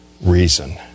reason